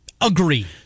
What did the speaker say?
Agree